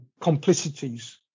complicities